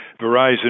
Verizon